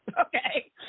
Okay